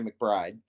McBride